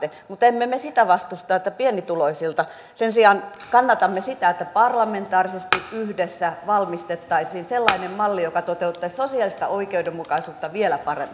mutta emme me sitä vastusta että pienituloisilta lasketaan sen sijaan kannatamme sitä että parlamentaarisesti yhdessä valmistettaisiin sellainen malli joka toteuttaisi sosiaalista oikeudenmukaisuutta vielä paremmin